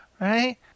Right